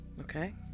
Okay